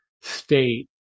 state